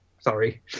sorry